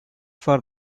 for